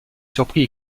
surpris